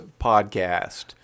podcast